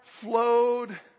flowed